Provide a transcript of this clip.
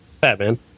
Batman